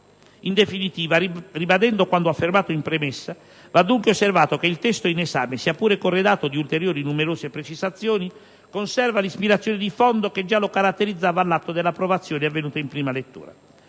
In definitiva, ribadendo quanto affermato in premessa, va dunque osservato che il testo in esame, sia pure corredato di ulteriori numerose precisazioni, conserva l'ispirazione di fondo che già lo caratterizzava all'atto dell'approvazione avvenuta in prima lettura.